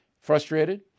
Frustrated